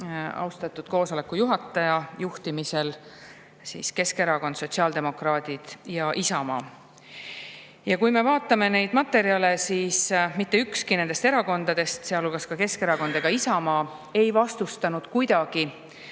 austatud [istungi] juhataja juhtimisel Keskerakond, sotsiaaldemokraadid ja Isamaa. Ja kui me vaatame neid materjale, siis mitte ükski nendest erakondadest, sealhulgas Keskerakond ja Isamaa, ei vastustanud seda,